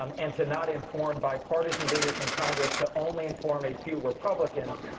um and to not inform bipartisan leaders in congress, to only inform a few republicans,